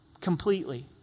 completely